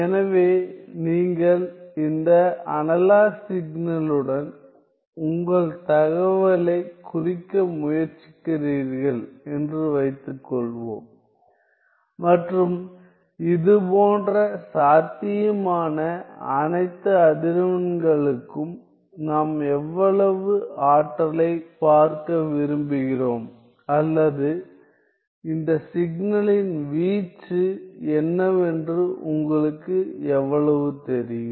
எனவே நீங்கள் இந்த அனலாக் சிக்னலுடன் உங்கள் தகவலைக் குறிக்க முயற்சிக்கிறீர்கள் என்று வைத்துக்கொள்வோம் மற்றும் இதுபோன்ற சாத்தியமான அனைத்து அதிர்வெண்களுக்கும் நாம் எவ்வளவு ஆற்றலைப் பார்க்க விரும்புகிறோம் அல்லது இந்த சிக்னலின் வீச்சு என்னவென்று உங்களுக்கு எவ்வளவு தெரியும்